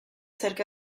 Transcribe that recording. cerca